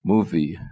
Movie